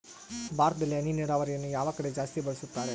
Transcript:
ಭಾರತದಲ್ಲಿ ಹನಿ ನೇರಾವರಿಯನ್ನು ಯಾವ ಕಡೆ ಜಾಸ್ತಿ ಬಳಸುತ್ತಾರೆ?